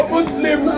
Muslim